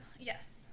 yes